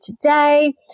today